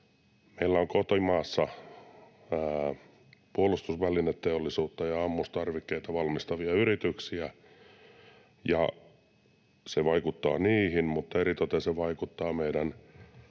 Meillä on kotimaassa puolustusvälineteollisuutta ja ammustarvikkeita valmistavia yrityksiä, ja se vaikuttaa niihin, mutta eritoten se vaikuttaa meidän